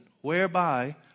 whereby